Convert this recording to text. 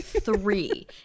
Three